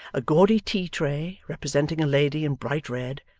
a gaudy tea-tray, representing a lady in bright red,